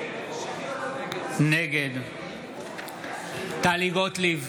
נגד טלי גוטליב,